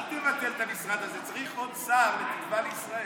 אל תבטל את המשרד הזה, צריך עוד שר לתקווה לישראל.